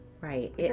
right